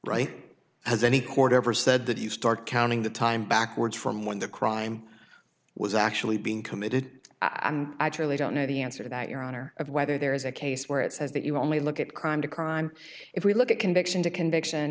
right as any court ever said that you start counting the time backwards from when the crime was actually being committed i'm actually don't know the answer to that your honor of whether there is a case where it says that you only look at crime to crime if we look at conviction to conviction